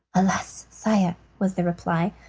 alas, sire, was the reply,